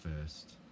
first